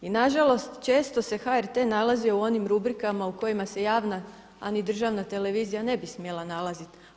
I na žalost često se HRT-e nalazi u onim rubrikama u kojima se javna a ni državna televizija ne bi smjela nalaziti.